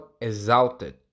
exalted